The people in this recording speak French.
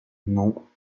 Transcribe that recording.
non